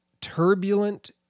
turbulent